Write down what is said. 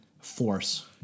force